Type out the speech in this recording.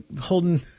holding